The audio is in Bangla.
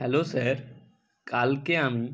হ্যালো স্যার কালকে আমি